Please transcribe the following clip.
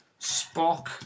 Spock